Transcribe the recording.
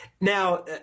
now